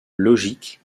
logique